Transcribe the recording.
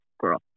girl